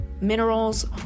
minerals